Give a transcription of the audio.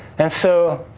and so,